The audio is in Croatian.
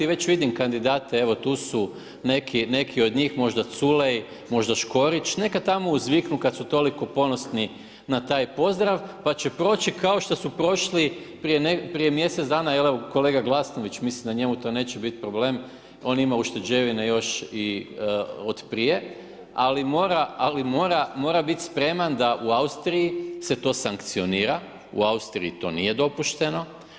Već vidim kandidate evo tu su neki od njih, možda Culej, možda Škorić, neka tamo uzviknu kada su toliko ponosni na taj pozdrav pa će proći kao što su prošli prije mjesec dana, jer evo, kolega Glasnović, mislim da njemu to neće biti problem, on ima ušteđevine još i od prije ali mora biti spreman da u Austriji se to sankcionira, u Austriji to nije dopušteno.